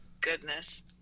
goodness